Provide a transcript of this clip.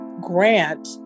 grant